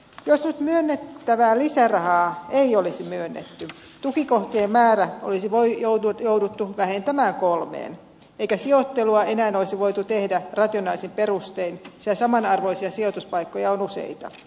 jos nyt myönnettävää lisärahaa ei olisi myönnetty tukikohtien määrä olisi jouduttu vähentämään kolmeen eikä sijoittelua enää olisi voitu tehdä rationaalisin perustein sillä samanarvoisia sijoituspaikkoja on useita